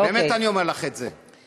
באמת אני אומר לך את זה.